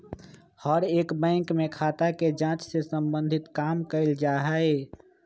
हर एक बैंक में खाता के जांच से सम्बन्धित काम कइल जा हई